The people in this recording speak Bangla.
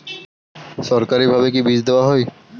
সরকারিভাবে কি বীজ দেওয়া হয়?